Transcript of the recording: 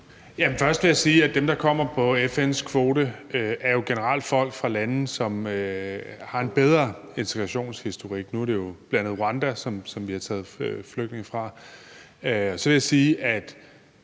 Først vil jeg sige, at dem, der kommer på FN's kvote, jo generelt er folk fra lande, som har en bedre integrationshistorik. Nu er det jo bl.a. Rwanda, som vi har taget flygtninge fra. Så vil jeg sige, at